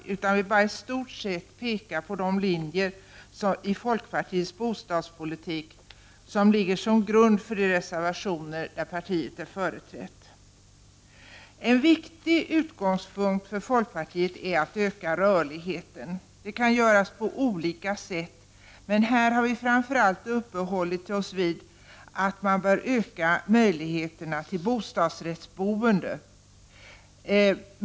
I stort vill jag bara peka på de linjer i folkpartiets bostadspolitik som ligger till grund för de reservationer som folkpartiet företräder. En viktig utgångspunkt för oss i folkpartiet är att rörligheten utökas. Det kan ske på olika sätt. Men här har vi framför allt uppehållit oss vid det faktum att man bör öka möjligheterna till bostadsrättsboende.